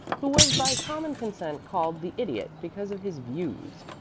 who was by common consent called the idiot, because of his views.